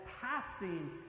passing